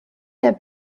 der